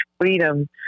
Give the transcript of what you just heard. freedom